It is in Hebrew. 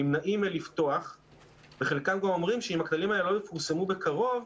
נמנעים מלפתוח וחלקם כבר אומרים שאם הכללים האלו לא יפורסמו בקרוב,